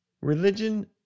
religion